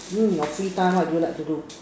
I mean in your free time what do you like to do